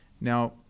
Now